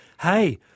hey